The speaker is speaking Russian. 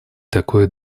такое